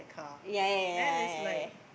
ya ya ya ya ya